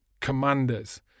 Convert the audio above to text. commanders